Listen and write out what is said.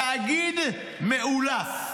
תאגיד מאולף,